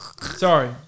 Sorry